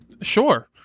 Sure